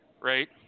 right